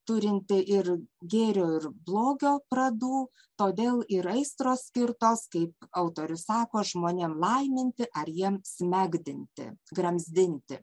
turinti ir gėrio ir blogio pradų todėl ir aistros skirtos kaip autorius sako žmonėm laiminti ar jiem smegdinti gramzdinti